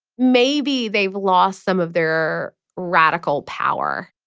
maybe they've lost some of their radical power.